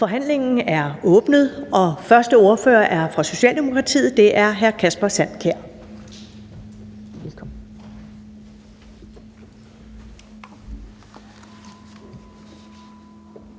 Forhandlingen er åbnet. Den første ordfører er fra Socialdemokratiet, og det er hr. Orla Hav.